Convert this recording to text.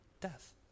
death